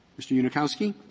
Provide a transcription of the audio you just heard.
mr. unikowsky.